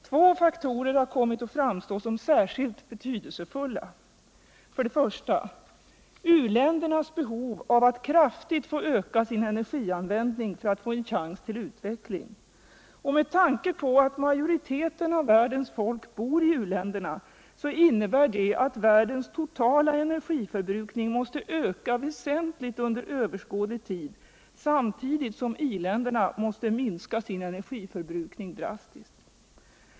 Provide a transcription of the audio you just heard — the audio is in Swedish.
Två faktorer har kommit att framstå som särskilt betydelsefulla. För det första: u-ländernas behov av att kraftigt öka sin energianvändning för att få en chans till utveckling. Med tanke på att majoriteten av världens folk bor i u-länderna innebär det att världens totala energiförbrukning måste öka väsentligt under överskådlig tid, samtidigt som i-länderna måste minska sin energiförbrukning drastiskt.